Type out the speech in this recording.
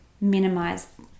minimize